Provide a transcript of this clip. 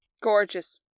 gorgeous